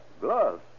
Gloves